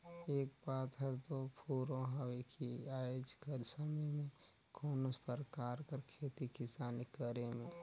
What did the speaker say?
ए बात हर दो फुरों हवे कि आएज कर समे में कोनो परकार कर खेती किसानी करे में